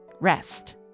rest